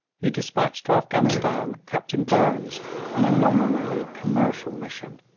he despatched to afghanistan captain burnes on a nominally commercial mission,